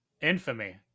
Infamy